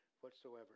whatsoever